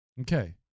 Okay